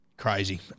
crazy